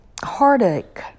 heartache